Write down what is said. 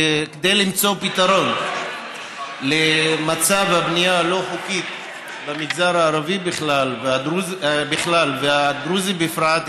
כדי למצוא פתרון למצב הבנייה הלא-חוקית במגזר הערבי בכלל והדרוזי בפרט,